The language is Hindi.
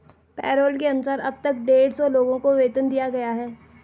पैरोल के अनुसार अब तक डेढ़ सौ लोगों को वेतन दिया गया है